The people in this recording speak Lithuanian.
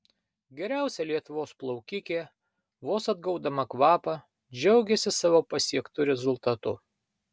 geriausia lietuvos plaukikė vos atgaudama kvapą džiaugėsi savo pasiektu rezultatu